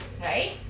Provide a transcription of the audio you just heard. right